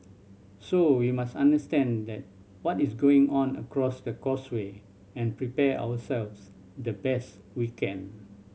so we must understand that what is going on across the causeway and prepare ourselves the best we can